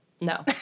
no